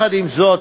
עם זאת,